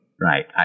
Right